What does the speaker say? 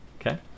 Okay